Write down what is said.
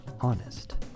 honest